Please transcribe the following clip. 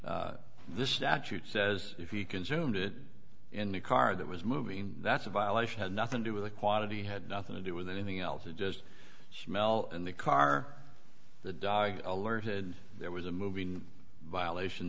cause this statute says if you consumed it in the car that was moving that's a violation had nothing do with the quality had nothing to do with anything else you just smell in the car the dog alerted there was a moving violation